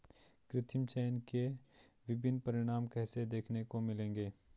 कृत्रिम चयन के विभिन्न परिणाम कैसे देखने को मिलेंगे?